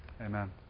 Amen